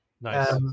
Nice